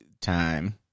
time